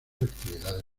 actividades